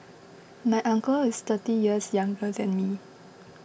my uncle is thirty years younger than me